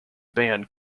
band